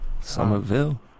Somerville